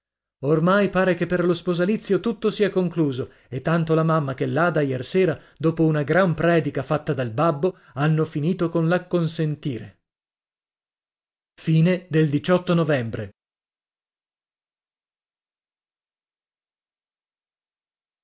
ormai pare che per lo sposalizio tutto sia concluso e tanto la mamma che l'ada iersera dopo una gran predica fatta dal babbo hanno finito con l acconsentire novembre